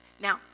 Now